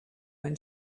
when